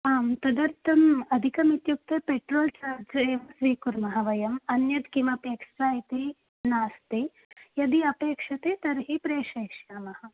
आं तदर्थम् अधिकमित्युक्ते पेट्रोल् चार्ज् एव कुर्मः वयम् अन्यत् किमपि एक्स्ट्रा इति नास्ति यदि अपेक्षते तर्हि प्रेषयिष्यामः